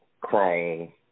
Chrome